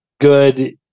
good